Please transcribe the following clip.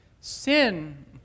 Sin